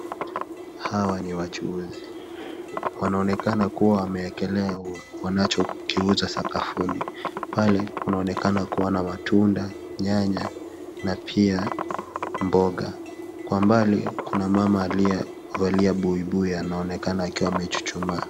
Hawa ni wachuuzi wananonekana kuwa wameekelea wanachokiuza sakafuni. Pale, kunaonekana kuwa na matunda, nyanya, na pia mboga. Kwa mbali, kuna mama alivalia buibui anaonekana kuwa amechuchuma.